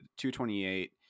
228